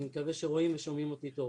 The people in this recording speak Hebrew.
אני מקווה שרואים ושומעים אותי טוב.